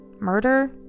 Murder